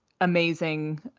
amazing